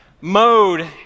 mode